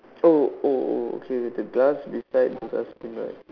oh oh oh okay the glass beside the dustbin right